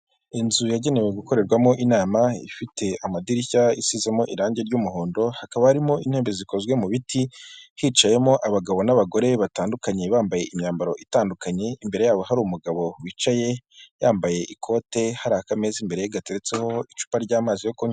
Inzu yagenewe gukorerwamo inama ifite amadirishya isizemo irangi ry'umuhondo. Hakaba harimo intebe zikozwe mu biti hicayemo abagabo n'abagore batandukanye bambaye imyambaro itandukanye. Imbere yabo hari umugabo wicaye yambaye ikote harika akameza imbere ye gateretseho icupa ry'amazi ku kunywa.